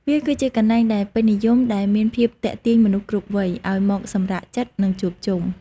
វាគឺជាកន្លែងដែលពេញនិយមដែលមានភាពទាក់ទាញមនុស្សគ្រប់វ័យ ឱ្យមកសម្រាកចិត្ត និងជួបជុំ។